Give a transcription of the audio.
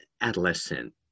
adolescent